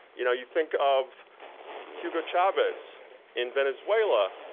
you know you think of hugo chavez in venezuela,